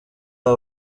aba